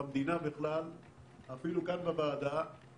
במדינה, אפילו כאן בוועדה.